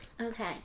Okay